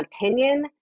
opinion